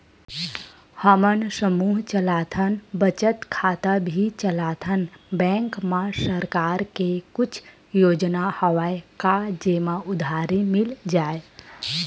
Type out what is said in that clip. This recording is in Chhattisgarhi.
हमन समूह चलाथन बचत खाता भी चलाथन बैंक मा सरकार के कुछ योजना हवय का जेमा उधारी मिल जाय?